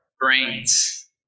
brains